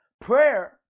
Prayer